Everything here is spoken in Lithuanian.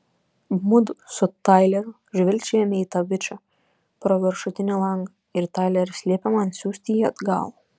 mudu su taileriu žvilgčiojame į tą bičą pro viršutinį langą ir taileris liepia man siųsti jį atgal